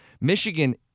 Michigan